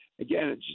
Again